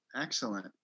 excellent